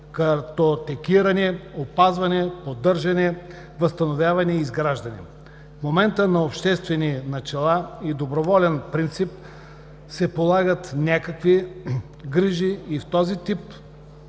картотекиране, опазване, поддържане, възстановяване и изграждане. В момента на обществени начала и доброволен принцип се полагат някакви грижи за този тип